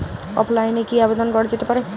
অফলাইনে কি আবেদন করা যেতে পারে?